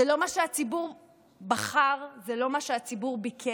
זה לא מה שהציבור בחר, זה לא מה שהציבור ביקש,